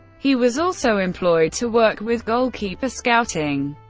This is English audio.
he was also employed to work with goalkeeper scouting.